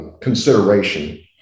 consideration